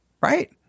right